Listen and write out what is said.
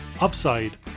upside